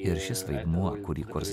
ir šis vaidmuo kurį kurs